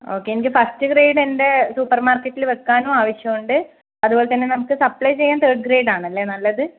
okay എനിക്ക് first grade എൻ്റെ സൂപ്പർമാർക്കറ്റിൽ വയ്ക്കാനും ആവശ്യം ഉണ്ട് അതേപോലെ തന്നെ നമുക്ക് സപ്ലെെ ചെയ്യാൻ തേർഡ് ഗ്രേഡ് ആണല്ലേ നല്ലത്